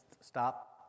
stop